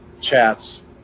chats